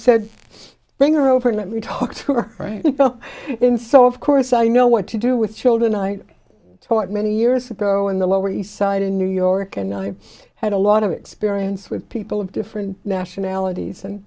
said bring her over and let me talk to her right in so of course i know what to do with children i taught many years ago in the lower east side in new york and i had a lot of experience with people of different nationalities and